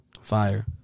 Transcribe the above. Fire